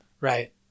right